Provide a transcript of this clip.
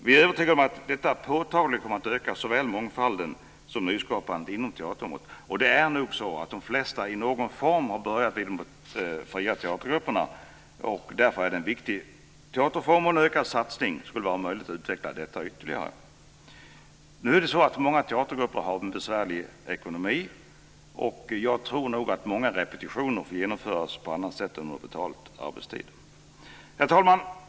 Vi är övertygade om att detta påtagligt kommer att öka såväl mångfalden som nyskapandet inom teaterområdet. Och det är nog så att de flesta i någon form har börjat i de fria teatergrupperna. Därför är det en viktig teaterform, och en ökad satsning skulle vara en möjlighet att utveckla detta ytterligare. Nu har många teatergrupper en besvärlig ekonomi, och jag tror nog att många repetitioner får genomföras utan att det är betald arbetstid. Herr talman!